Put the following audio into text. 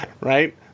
right